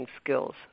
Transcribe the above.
skills